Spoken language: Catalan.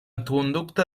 conducta